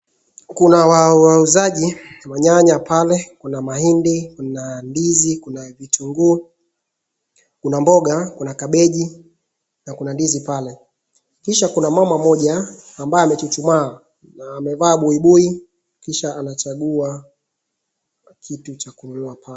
Kuna wauuzaji wa nyanya pale ,kuna mahindi ,kuna mandizi, kuna vitungu, kuna boga, kuna kabegi na kuna ndizi pale. Kisha kuna mama pale ambaye amechuchumaa na amevaa buibui kisha anachangua kakitu cha kununua pale.